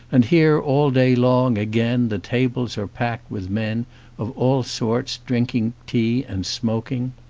and here all day long again the tables are packed with men of all sorts drinking tea and smoking.